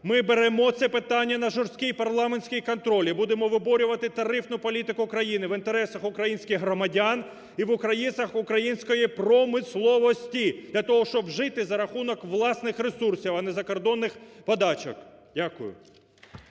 ми беремо це питання на жорсткий парламентський контроль і будемо виборювати тарифну політику країни в інтересах українських громадян і в інтересах української промисловості для того, щоб жити за рахунок власних ресурсів, а не закордонних подачок. Дякую.